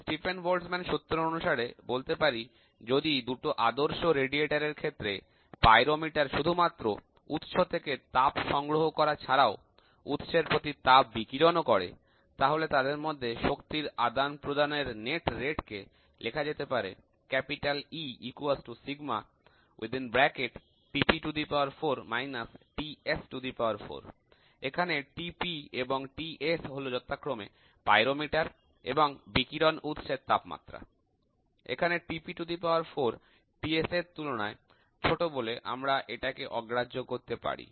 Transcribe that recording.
Stephen Boltzmann সূত্র অনুসারে বলতে পারি যদি দুটো আদর্শ তাপ বিকিরণ করার যন্ত্র এর ক্ষেত্রে তাপ পরিমাপক যন্ত্র শুধুমাত্র উৎস থেকে তাপ সংগ্রহ করা ছাড়াও উৎসের প্রতি তাপ বিকিরণও করে তাহলে তাদের মধ্যে শক্তির আদান প্রদানের নেট রেট কে লেখা যেতে পারে এখানে Tp এবং Ts হল যথাক্রমে তাপ পরিমাপক যন্ত্র এবং বিকিরণ উৎসের তাপমাত্রা এখানে Tp4 Ts এর তুলনায় ছোট বলে আমরা এটিকে উপেক্ষা করতে পারি